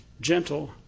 gentle